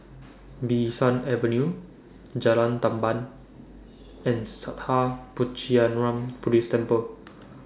Bee San Avenue Jalan Tamban and Sattha Puchaniyaram Buddhist Temple